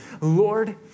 Lord